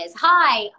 hi